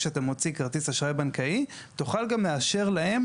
כשאתה מוציא כרטיס אשראי בנקאי תוכל גם לאשר להם